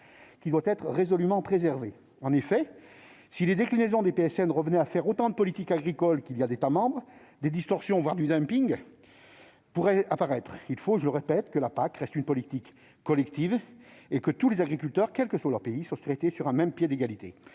qui doit être résolument préservé. En effet, si les déclinaisons des PSN revenaient à faire autant de politiques agricoles qu'il y a d'États membres, des distorsions, voire du dumping, pourraient apparaître. Il faut, je le répète, que la PAC reste une politique collective et que tous les agriculteurs, quel que soit leur pays, soient traités sur un pied d'égalité.